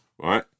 right